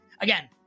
again